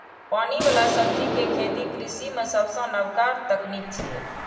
पानि बला सब्जी के खेती कृषि मे सबसं नबका तकनीक छियै